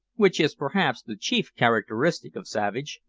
which is perhaps the chief characteristic of savage,